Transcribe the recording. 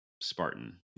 Spartan